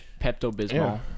Pepto-Bismol